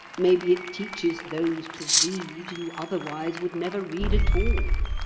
maybe it teaches those to read who otherwise would never read at all.